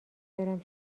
برم